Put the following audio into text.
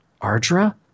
Ardra